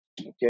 okay